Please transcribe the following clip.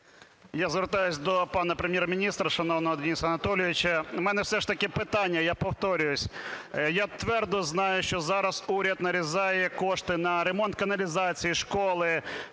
Я звертаюсь до пана Прем'єр-міністра шановного Дениса Анатолійовича. У мене все ж таки питання, я повторююсь. Я твердо знаю, що зараз уряд "нарізає" кошти на ремонт каналізації, школи,